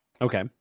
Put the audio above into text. Okay